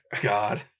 God